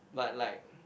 but like